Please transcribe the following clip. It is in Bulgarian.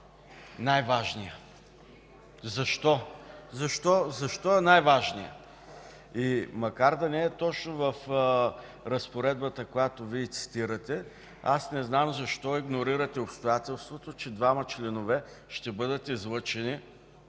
най-важният. Защо? Защо е най-важният? Макар да не е точно в разпоредбата, която Вие цитирате, аз не знам защо игнорирате обстоятелството, че двама членове ще бъдат излъчени